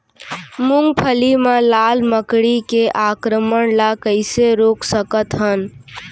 मूंगफली मा लाल मकड़ी के आक्रमण ला कइसे रोक सकत हन?